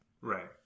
Right